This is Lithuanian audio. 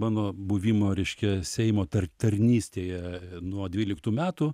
mano buvimo reiškia seimo tar tarnystėje nuo dvyliktų metų